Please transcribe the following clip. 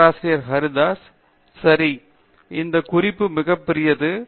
பேராசிரியர் பிரதாப் ஹரிதாஸ் சரி அந்த குறிப்பு மிகப்பெரியது